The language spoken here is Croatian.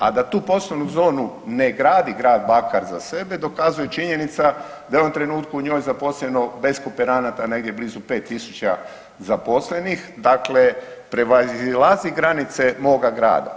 A da tu poslovnu zonu ne gradi grad Bakar za sebe dokazuje i činjenica da je u ovom trenutku u njoj zaposleno bez kooperanata negdje blizu 5000 zaposlenih, dakle prevazilazi granice moga grada.